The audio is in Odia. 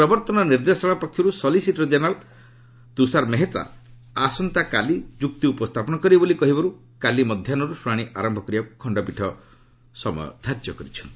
ପ୍ରବର୍ତ୍ତନ ନିର୍ଦ୍ଦେଶାଳୟ ପକ୍ଷରୁ ସଲିସିଟର ଜେନେରାଲ ତ୍ରୁଷାର ମେହେତା ଆସନ୍ତାକାଲି ଯୁକ୍ତି ଉପସ୍ଥାପନ କରିବେ ବୋଲି କହିବାରୁ କାଲି ମଧ୍ୟାହୁରୁ ଶୁଣାଣି ଆରମ୍ଭ କରିବାକୁ ଖଣ୍ଡପୀଠ ସମୟ ଧାର୍ଯ୍ୟ କରିଛନ୍ତି